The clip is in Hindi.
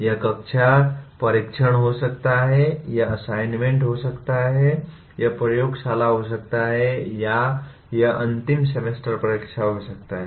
यह कक्षा परीक्षण हो सकता है यह असाइनमेंट हो सकता है यह प्रयोगशाला हो सकता है या यह अंतिम सेमेस्टर परीक्षा हो सकता है